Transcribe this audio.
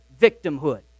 victimhood